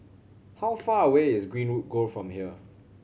how far away is Greenwood Grove from here